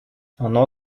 оно